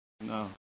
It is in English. No